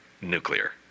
nuclear